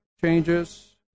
changes